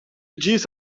disse